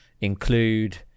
include